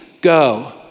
Go